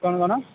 କଣ କଣ